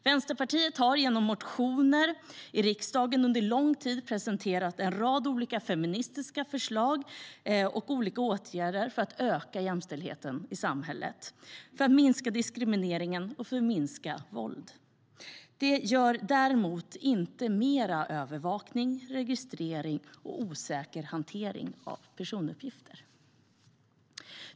Vänsterpartiet har genom motioner i riksdagen under lång tid presenterat en rad olika feministiska förslag till åtgärder för att öka jämställdheten i samhället, minska diskrimineringen och minska våldet. Det gör däremot inte mer övervakning, registrering och osäker hantering av personuppgifter.